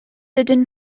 dydyn